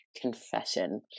confession